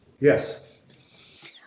Yes